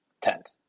tent